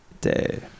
day